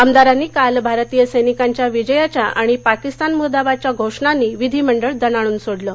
आमदारांनी काल भारतीय सैनिकांच्या विजयाच्या आणि पाकिस्तान मुर्दाबादच्या घोषणांनी विधिमंडळ दणाणून सोडलं